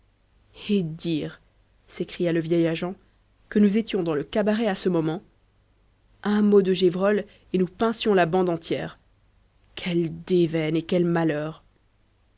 dire s'écria le vieil agent que nous étions dans le cabaret à ce moment un mot de gévrol et nous pincions la bande entière quelle déveine et quel malheur